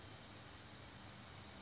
miss Tan